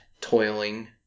toiling